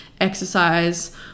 exercise